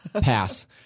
Pass